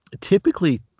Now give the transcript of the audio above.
typically